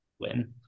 win